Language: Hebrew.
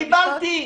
קיבלתי.